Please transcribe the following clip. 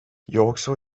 jooksu